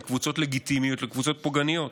קבוצות לגיטימיות לקבוצות פוגעניות.